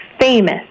famous